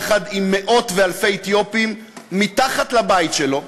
יחד עם מאות ואלפי אתיופים מתחת לבית שלו,